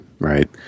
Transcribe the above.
right